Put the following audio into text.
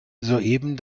soeben